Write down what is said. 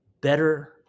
better